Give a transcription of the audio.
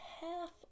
half